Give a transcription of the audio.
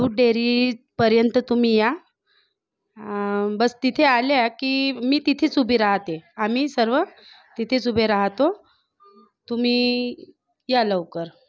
दूध डेअरीपर्यंत तुम्ही या बस तिथे आल्या की मी तिथेच उभी राहते आम्ही सर्व तिथेच उभे रहातो तुम्ही या लवकर